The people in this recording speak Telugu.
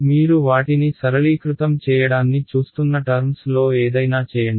మీరు వాటిని సరళీకృతం చేయడాన్ని చూస్తున్న టర్మ్స్ లో ఏదైనా చేయండి